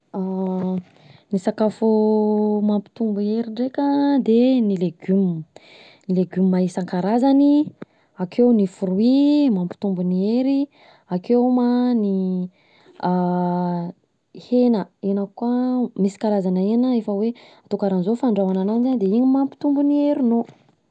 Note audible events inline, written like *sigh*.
Ny sakafo mampitombo hery ndreka de ny legioma, ny legioma isan-karazany, akeo ny fruit mampitombo ny hery, akeo ma ny *hesitation* hena, hena koa misy karazana hena efa hoe: atao karanzao fandrahoana ananjy an, de iny mampitombo ny herinao.